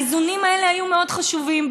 האיזונים האלה היו מאוד חשובים,